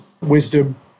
wisdom